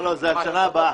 זה בשנה הבאה.